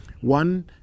one